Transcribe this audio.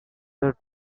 the